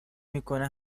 میکنه